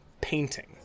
painting